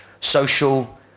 social